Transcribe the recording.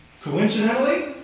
coincidentally